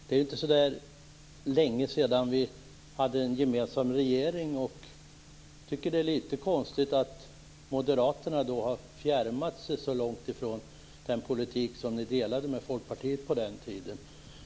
Det är inte så länge sedan som vi hade en gemensam regering, och jag tycker att det är litet konstigt att Moderaterna har fjärmat sig så långt från den politik som de då delade med Folkpartiet på den tiden.